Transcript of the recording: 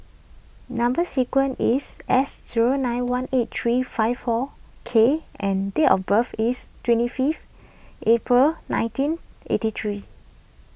Number Sequence is S zero nine one eight three five four K and date of birth is twenty fifth April nineteen eighty three